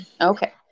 Okay